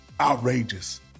outrageous